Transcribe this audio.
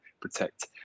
protect